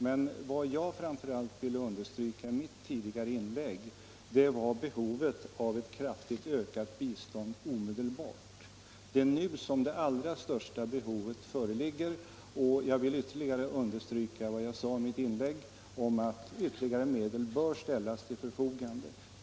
Men vad jag framför allt ville understryka i mitt tidigare inlägg var behovet av ett kraftigt ökat bistånd omedelbart. Det är nu som det ailra största behovet föreligger, och jag betonar än en gång vad jag sade i mitt inlägg om att ytterligare medel bör ställas till förfogande.